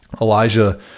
Elijah